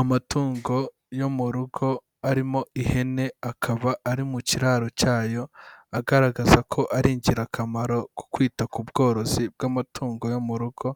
Amatungo yo mu rugo arimo ihene, akaba ari mu kiraro cyayo, agaragaza ko ari ingirakamaro ku kwita ku bworozi bw'amatungo yo mu rugo,